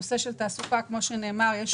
הנושא של תעסוקה, כמו שכבר נאמר כאן, יש